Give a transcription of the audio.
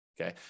Okay